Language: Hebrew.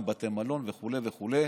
בתי מלון וכו' וכו'.